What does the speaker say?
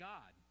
God